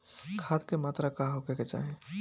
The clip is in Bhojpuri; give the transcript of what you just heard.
खाध के मात्रा का होखे के चाही?